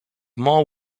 more